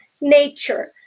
nature